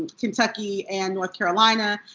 kentucky. and north carolina.